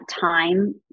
time